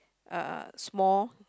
uh small